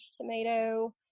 tomato